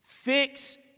Fix